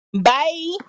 Bye